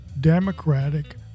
Democratic